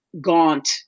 gaunt